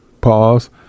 pause